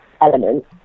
elements